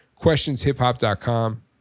questionshiphop.com